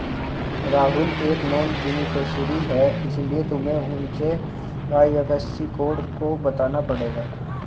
राहुल एक non beneficiary है इसीलिए तुम्हें उसे आई.एफ.एस.सी कोड बताना पड़ेगा